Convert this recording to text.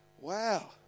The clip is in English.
Wow